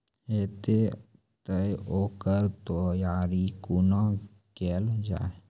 हेतै तअ ओकर तैयारी कुना केल जाय?